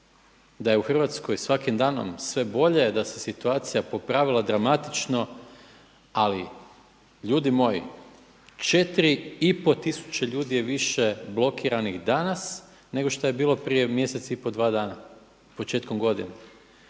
da je u Hrvatskoj svakim danom sve bolje, da se situacija popravila dramatično, ali ljudi moji 4,5 tisuće ljudi je više blokiranih danas nego šta je bilo prije mjesec i pol, dva dana početkom godine.